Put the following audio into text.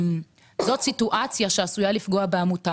זאת סיטואציה שעלולה לפגוע בעמותה.